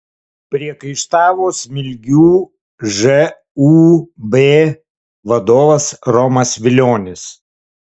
priekaištavo smilgių žūb vadovas romas vilionis